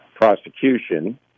prosecution